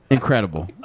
Incredible